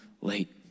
late